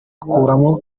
akuramo